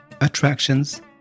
attractions